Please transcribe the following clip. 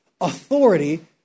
authority